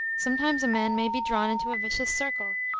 sometimes a man may be drawn into a vicious circle,